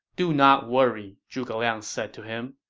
do not worry, zhuge liang said to him.